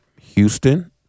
Houston